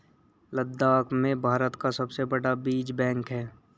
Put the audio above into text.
लद्दाख में भारत का सबसे बड़ा बीज बैंक है